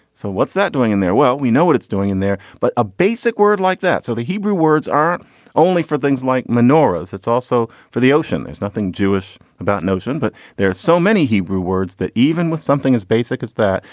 so what's that doing in there? well, we know what it's doing in there, but a basic word like that. so the hebrew words aren't only for things like menorahs, it's also for the ocean. there's nothing jewish about notion, but there are so many hebrew words that even with something as basic as that,